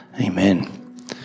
Amen